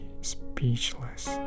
speechless